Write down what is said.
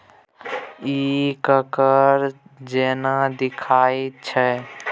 इ कॉकोड़ जेना देखाइत छै